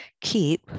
keep